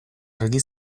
argi